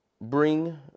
bring